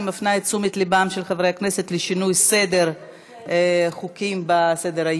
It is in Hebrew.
אני מפנה את תשומת לבם של חברי הכנסת לשינוי סדר החוקים בסדר-היום.